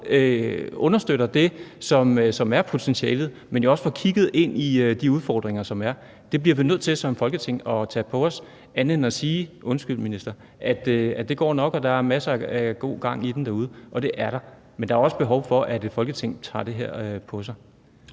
understøttet det, som er potentialet, men at vi jo også får kigget ind i de udfordringer, der er. Det bliver vi som Folketing nødt til at tage på os, så vi gør noget andet end at sige – undskyld, minister – at det går nok og der er masser af god gang i den derude. Og det er der, men der er også behov for, at et Folketing tager det her på sig.